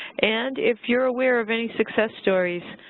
and if you're aware of any success stories,